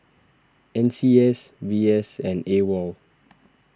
N C S V S and Awol